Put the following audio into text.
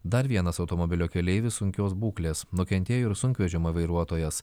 dar vienas automobilio keleivis sunkios būklės nukentėjo ir sunkvežimio vairuotojas